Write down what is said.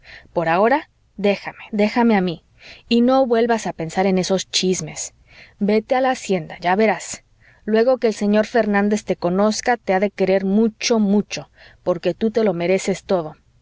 por ahora déjame déjame a mí y no vuelvas a pensar en esos chismes vete a la hacienda ya verás luego que el señor fernández te conozca te ha de querer mucho mucho porque tú te lo mereces todo